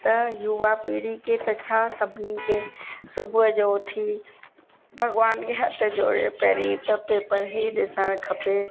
त युवा पीड़ी खे त छा सभिनी खे सुबुह जो उथी करे हथ जोड़े पहिरीं त पेपर हीउ ॾिसणु खपे